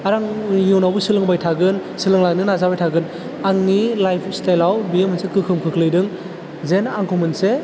आरो आं इयुनावबो सोलोंबाय थागोन सोलोंलांनो नाजाबाय थागोन आंनि लाइफ स्टाइलाव बियो मोनसे गोहोम खोख्लैदों जेन आंखौ मोनसे